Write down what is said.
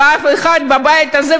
ואף אחד בבית הזה,